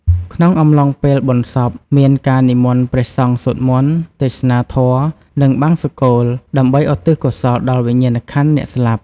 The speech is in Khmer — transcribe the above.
ក្នុងអំឡុងពេលបុណ្យសព មានការនិមន្តព្រះសង្ឃសូត្រមន្ត ទេសនាធម៌ និងបង្សុកូល ដើម្បីឧទ្ទិសកុសលដល់វិញ្ញាណក្ខន្ធអ្នកស្លាប់។